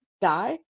die